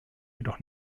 jedoch